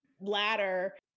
ladder